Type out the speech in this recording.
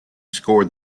scored